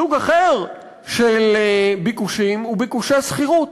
סוג אחר של ביקושים הוא ביקושי שכירות.